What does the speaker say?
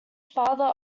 father